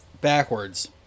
backwards